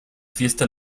fiesta